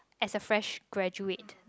as a fresh graduate